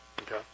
Okay